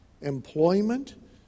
employment